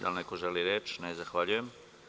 Da li neko želi reč? (Ne) Zahvaljujem.